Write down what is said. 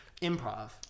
improv